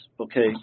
okay